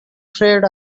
afraid